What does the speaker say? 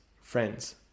friends